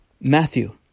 Matthew